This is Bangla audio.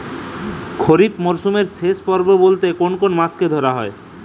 খরিপ মরসুমের শেষ পর্ব বলতে কোন কোন মাস কে ধরা হয়?